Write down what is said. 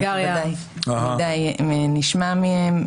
אנחנו בוודאי נשמע מהם.